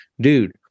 dude